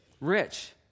rich